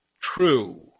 true